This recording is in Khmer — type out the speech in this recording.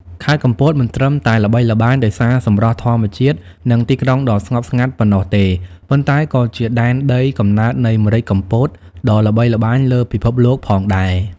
ខេត្តកំពតមិនត្រឹមតែល្បីល្បាញដោយសារសម្រស់ធម្មជាតិ និងទីក្រុងដ៏ស្ងប់ស្ងាត់ប៉ុណ្ណោះទេ ប៉ុន្តែក៏ជាដែនដីកំណើតនៃ ម្រេចកំពត ដ៏ល្បីល្បាញលើពិភពលោកផងដែរ ។